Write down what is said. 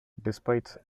despite